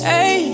Hey